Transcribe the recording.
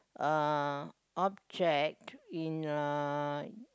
uh object in uh